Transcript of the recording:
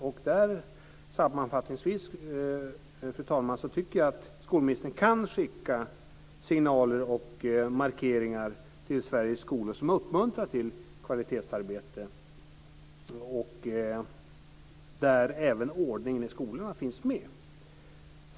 Och sammanfattningsvis tycker jag, fru talman, att skolministern kan skicka signaler och markeringar till Sveriges skolor som uppmuntrar till kvalitetsarbete och där även ordningen i skolorna finns med.